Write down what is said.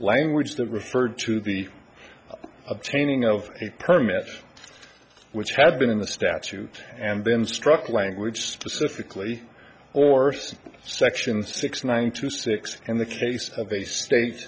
language that referred to the obtaining of a permit which had been in the statute and then struck language specifically or c section six nine two six and the case of a state